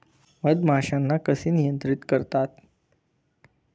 मधमाश्यांना कसे नियंत्रित करतात?